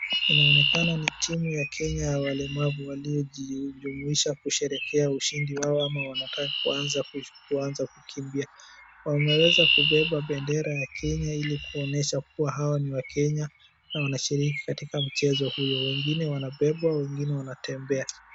Inaonekana ni timu ya Kenya ya walemavu waliojijumuisha kusherekea ushindi wao ama wanataka kuanza, kuanza kukimbia. Wameweza kubeba bendera ya Kenya ili kuonyesha hao ni wakenya na wanaweza kushiriki katika mchezo huyo. Wengine wanabebwa, wengine wanatembea.